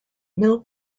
mill